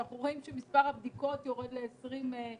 כשאנחנו רואים שמספר הבדיקות יורד ל-20,000,